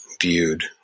viewed